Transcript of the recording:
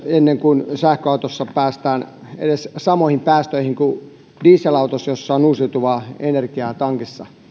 ennen kuin sähköautoissa päästään edes samoihin päästöihin kuin dieselautoissa joissa on uusiutuvaa energiaa tankissa